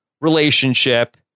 relationship